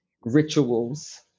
rituals